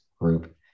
group